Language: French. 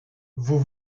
vous